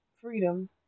freedom